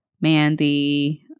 Mandy